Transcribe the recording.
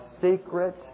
secret